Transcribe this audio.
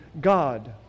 God